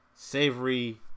Savory